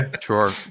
Sure